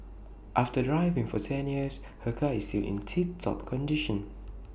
after driving for ten years her car is still in tip top condition